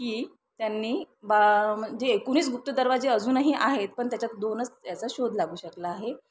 की त्यांनी बा म्हणजे एकोणीस गुप्त दरवाजे अजूनही आहेत पण त्याच्यात दोनच याचा शोध लागू शकला आहे